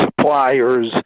suppliers